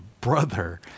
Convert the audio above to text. brother